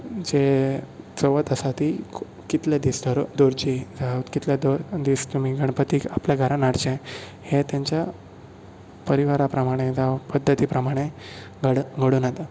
जे चवथ आसा ती कितले दीस दवरची कितले दीस आमी गणपतीक आपल्या घरांत हाडचें हें तांच्या परिवारा प्रमाणें जावं पद्दती प्रमाणें घडोवन येता